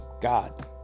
God